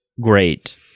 great